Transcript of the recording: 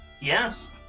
yes